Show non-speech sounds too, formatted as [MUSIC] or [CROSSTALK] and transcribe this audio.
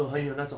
[COUGHS]